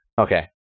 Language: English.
Okay